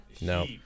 No